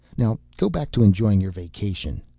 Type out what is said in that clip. now, go back to enjoying your vacation.